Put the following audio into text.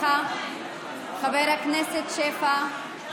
חבר הכנסת שפע,